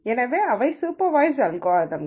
எனவே அவை சூப்பர்வய்ஸ்ட் அல்காரிதம்கள்